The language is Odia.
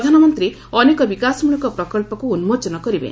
ପ୍ରଧାନମନ୍ତ୍ରୀ ଅନେକ ବିକାଶମୂଳକ ପ୍ରକଳ୍ପକୁ ଉନ୍ମୋଚନ କରିବେ